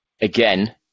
Again